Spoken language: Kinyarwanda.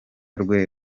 rwe